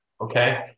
okay